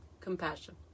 Compassion